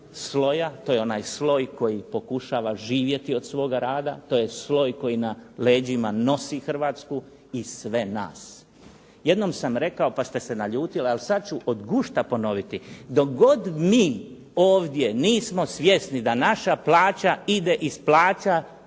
sloja. To je onaj sloj koji pokušava živjeti od svoga rada, to je sloj koji na leđima nosi Hrvatsku i sve nas. Jednom sam rekao pa ste se naljutili, ali sad ću od gušta ponoviti. Dok god mi ovdje nismo svjesni da naša plaća ide iz plaća